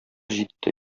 җитте